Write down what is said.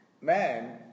Man